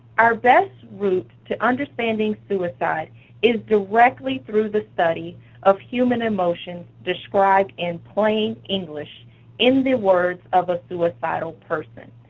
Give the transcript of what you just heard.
our best route to understanding suicide is directly through the study of human emotions, described in plain english in the words of a suicidal person.